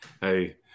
Hey